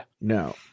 No